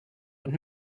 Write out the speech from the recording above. und